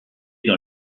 dans